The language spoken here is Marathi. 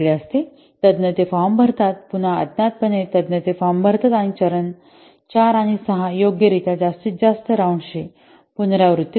आणि तज्ञ ते फॉर्म भरतात पुन्हा अज्ञात पणे तज्ञ हे फॉर्म भरतात आणि चरण 4 आणि 6 योग्य रित्या जास्तीत जास्त राउंड्स ची पुनरावृत्ती करतात